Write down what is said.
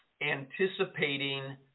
anticipating